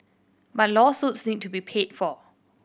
but lawsuits need to be paid for